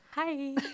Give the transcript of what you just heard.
Hi